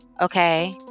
Okay